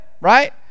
right